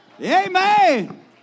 Amen